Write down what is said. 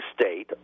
state